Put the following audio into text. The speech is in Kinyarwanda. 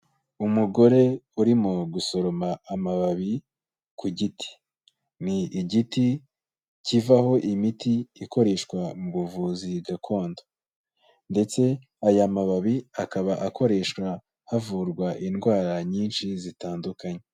Umugore urimo gusoroma amababi ku giti. Ni igiti kivaho imiti ikoreshwa mu buvuzi gakondo, ndetse aya mababi akaba akoreshwa havurwa indwara nyinshi zitandukanye.